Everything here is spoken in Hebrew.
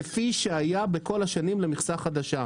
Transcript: כפי שהיה בכל השנים למכסה חדשה.